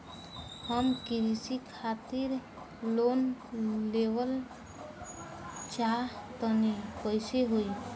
हम कृषि खातिर लोन लेवल चाहऽ तनि कइसे होई?